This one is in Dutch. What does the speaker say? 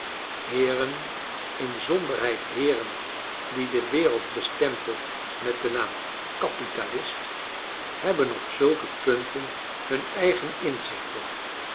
heeren inzonderheid heeren die de wereld bestempeit met den naam kapi talis t hebben op zulke punten hun eigen inzichten